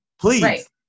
please